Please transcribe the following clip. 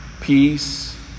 peace